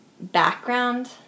background